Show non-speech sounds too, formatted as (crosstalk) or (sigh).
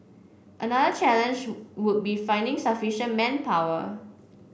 another challenge (unintelligible) would be finding sufficient manpower